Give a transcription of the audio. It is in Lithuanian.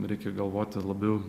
reikia galvoti labiau